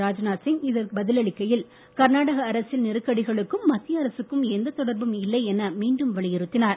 ராஜ்நாத்சிங் இதற்கு பதில் அளிக்கையில் கர்நாடக அரசியல் நெருக்கடிகளுக்கும் மத்திய அரசுக்கும் எந்தத் தொடர்பும் இல்லை என மீண்டும் வலியுறுத்தினார்